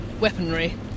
weaponry